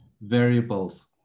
variables